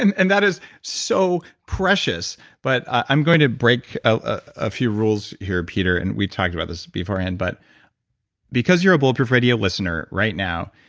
and and that is so precious. but i'm going to break a few rules here, peter. and we talked about this beforehand. but because you're a bulletproof radio listener, right now,